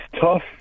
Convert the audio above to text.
tough